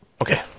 Okay